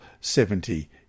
seventy